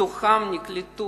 מתוכם נקלטו